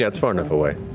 yeah it's far enough away.